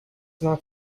not